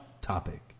topic